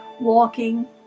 walking